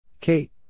Kate